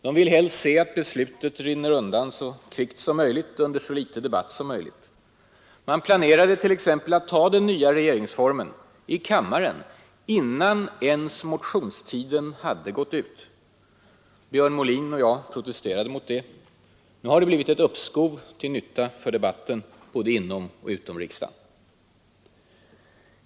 De vill helst se att beslutet rinner undan så kvickt som möjligt under så litet debatt som möjligt. Man planerade t.ex. att ta den nya regeringsformen i kammaren innan ens motionstiden hade gått ut. Björn Molin och jag protesterade mot det. Nu har det blivit ett uppskov, till nytta för debatten både inom och utom riksdagen.